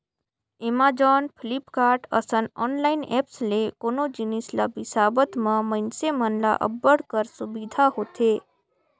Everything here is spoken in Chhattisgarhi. एमाजॉन, फ्लिपकार्ट, असन ऑनलाईन ऐप्स ले कोनो जिनिस ल बिसावत म मइनसे मन ल अब्बड़ कर सुबिधा होथे